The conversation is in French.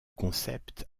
concept